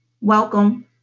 Welcome